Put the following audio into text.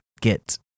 get